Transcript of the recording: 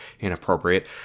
Inappropriate